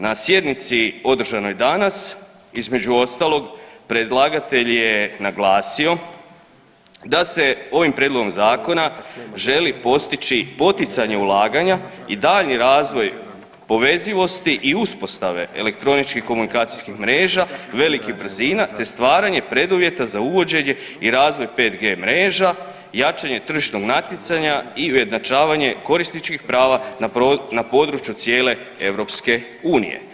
Na sjednici održanoj danas između ostalog predlagatelj je naglasio da se ovim prijedlogom zakona želi postići poticanje ulaganja i daljnji razvoj povezivosti i uspostave elektroničkih komunikacijskih mreža velikih brzina te stvaranje preduvjeta za uvođenje i razvoj 5G mreža, jačanje tržišnog natjecanja i ujednačavanje korisničkih prava na području cijele EU.